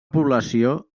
població